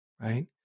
right